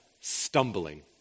stumbling